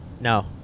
No